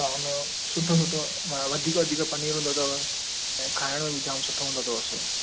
हा हुनजो सुठो सुठो माना वधीक वधीक पनीर हूंदो अथव ऐं खाइण में बि जाम सुठो हूंदो अथव सु